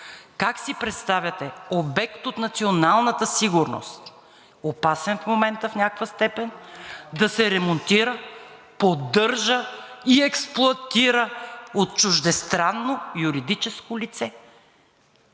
Как си представяте обект от националната сигурност, опасен в момента в някаква степен, да се ремонтира, поддържа и експлоатира от чуждестранно юридическо лице?!